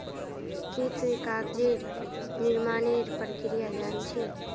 की तुई कागज निर्मानेर प्रक्रिया जान छि